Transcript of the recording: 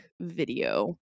video